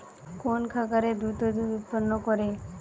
কোন খাকারে দ্রুত দুধ উৎপন্ন করে?